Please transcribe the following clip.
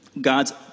God's